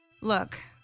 Look